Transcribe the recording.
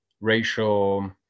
racial